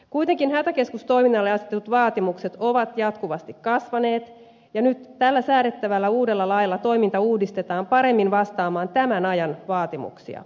kuitenkin hätäkeskustoiminnalle asetetut vaatimukset ovat jatkuvasti kasvaneet ja nyt tällä säädettävällä uudella lailla toiminta uudistetaan paremmin vastaamaan tämän ajan vaatimuksia